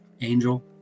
Angel